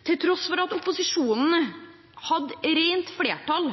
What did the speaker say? Til tross for at opposisjonen hadde rent flertall